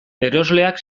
erosleak